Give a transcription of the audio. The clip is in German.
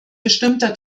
bestimmter